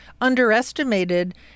underestimated